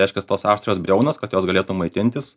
reiškias tos aštrios briaunos kad jos galėtų maitintis